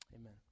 Amen